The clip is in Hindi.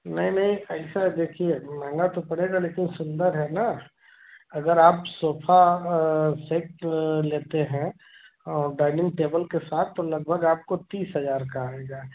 नहीं नहीं ऐसा देखिए महँगा तो पड़ेगा लेकिन सुन्दर है ना अगर आप सोफ़ा सेट लेते हैं और डाइनिंग टेबल के साथ तो लगभग आपको तीस हज़ार का आएगा